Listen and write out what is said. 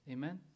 Amen